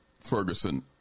Ferguson